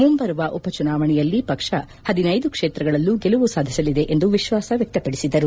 ಮುಂಬರುವ ಉಪಚುನಾವಣೆಯಲ್ಲಿ ಪಕ್ಷ ಪದಿನೈದು ಕ್ಷೇತ್ರಗಳಲ್ಲೂ ಗೆಲುವು ಸಾಧಿಸಲಿದೆ ಎಂದು ವಿಶ್ವಾಸ ವ್ಯಕ್ತಪಡಿಸಿದರು